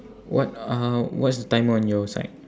what uh what's the timer on your side